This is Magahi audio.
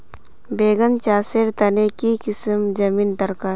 बैगन चासेर तने की किसम जमीन डरकर?